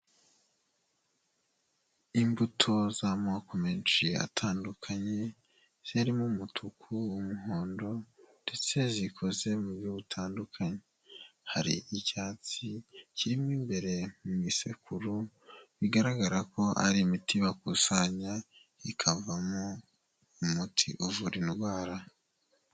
Imbuto z'amoko menshi atandukanye, zirimo umutuku ,umuhondo ndetse zikoze mu buryo butandukanye, hari icyatsi kiri imbere mu isekuru ,bigaragara ko ari imiti bakusanya ikavamo umuti uvura indwara.